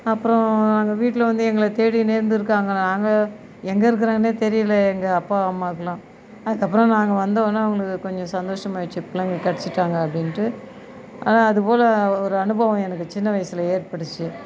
அப்புறம் அங்கே வீட்டில வந்து எங்களை தேடிகினே இருந்திருக்காங்க நாங்கள் எங்கே இருக்கிறோன்னே தெரியல எங்கள் அப்பா அம்மாக்கெல்லாம் அதுக்கப்புறம் நாங்கள் வந்த உடனே அவர்களுக்கு கொஞ்சம் சந்தோஷமா ஆயிடுச்சு பிள்ளைங்க கிடச்சிட்டாங்க அப்படின்ட்டு அதுப்போல் ஒரு அனுபவம் எனக்கு சின்ன வயசில் ஏற்பட்டுச்சு